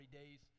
days